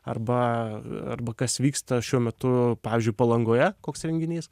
arba arba kas vyksta šiuo metu pavyzdžiui palangoje koks renginys